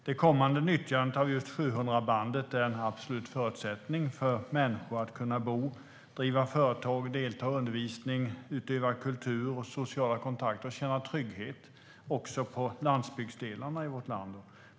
Det kommande nyttjandet av just 700-megahertzbandet är en absolut förutsättning för människor att kunna bo, driva företag, delta i undervisning, utöva kultur, ha sociala kontakter och känna trygghet också i landsbygdsdelarna i vårt land.